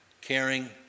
caring